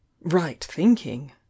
right-thinking